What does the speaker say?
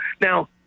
Now